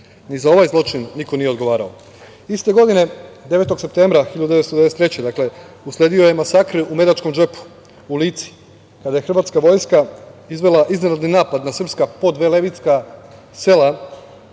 Ni za ovaj zločin niko nije odgovarao. Iste godine, 9. septembra 1993. godine usledio je masakr u Medačkom džepu, u Lici kada je hrvatska vojska izvela iznenadni napad na sprska podvelebitska sela